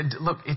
Look